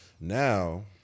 now